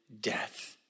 death